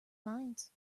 minds